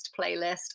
playlist